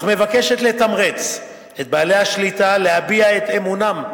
אך מבקשת לתמרץ את בעלי השליטה להביע את אמונם בחברה,